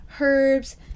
herbs